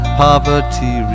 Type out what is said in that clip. poverty